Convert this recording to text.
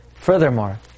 Furthermore